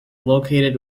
located